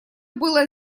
было